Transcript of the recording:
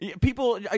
people